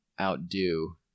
outdo